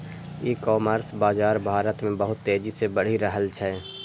ई commerce बाजार भारत मे बहुत तेजी से बढ़ि रहल छै